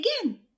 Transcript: again